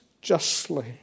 Justly